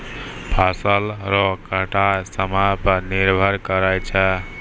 फसल रो कटाय समय पर निर्भर करै छै